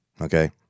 Okay